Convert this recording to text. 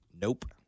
Nope